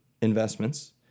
investments